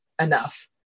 enough